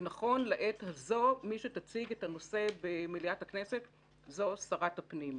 ונכון לעת הזאת מי שתציג את הנושא במליאת הכנסת היא שרת הפנים.